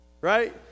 right